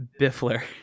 Biffler